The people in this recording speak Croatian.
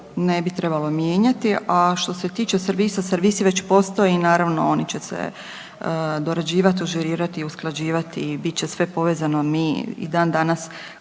ne bi trebalo mijenjati, a što se tiče servisa, servis već postoji i naravno, oni će se dorađivati, ažurirati i usklađivati, bit će sve povezano, mi i dan-danas